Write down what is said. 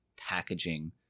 Packaging